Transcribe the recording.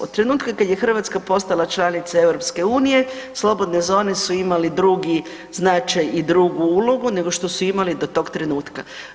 Od trenutka kad je Hrvatska postala članica EU slobodne zone su imale drugi značaj i drugu ulogu nego što su imali do tog trenutka.